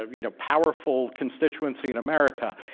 ah you know, powerful constituency in america.